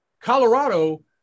Colorado